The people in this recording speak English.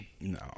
No